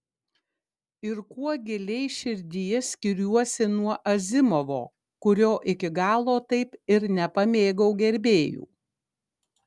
ir kuo giliai širdyje skiriuosi nuo azimovo kurio iki galo taip ir nepamėgau gerbėjų